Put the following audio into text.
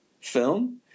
film